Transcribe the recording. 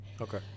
Okay